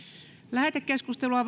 lähetekeskustelua